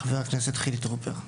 הכנסת חילי טרופר ישמע: